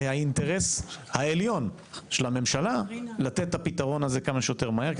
זה האינטרס העליון של הממשלה לתת את הפתרון הזה כמה שיותר מהר,